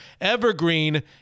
Evergreen